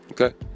okay